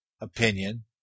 opinion